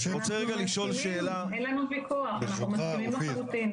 אין לנו ויכוח, אנחנו מסכימים לחלוטין.